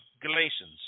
Galatians